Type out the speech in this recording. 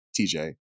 TJ